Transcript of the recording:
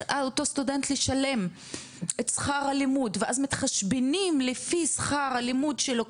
אותו סטודנט לשלם את שכר הלימוד ואז מתחשבנים לפי שכר הלימוד שלו,